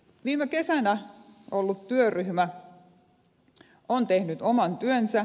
viime kesänä ollut työryhmä on tehnyt oman työnsä